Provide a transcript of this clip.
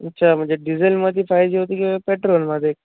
अच्छा म्हणजे डिजेलमध्ये पाहिजे होती का पेट्रोलमध्ये